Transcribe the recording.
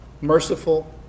Merciful